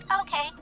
Okay